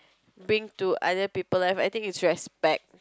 bring to other people life I think is respect